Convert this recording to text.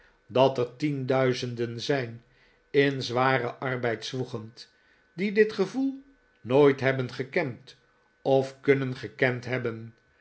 dat er tienduizenden zijn in zwaren arbeid zwoegend die dit gevoel nooit hebben gekend of kunnen gekend hebben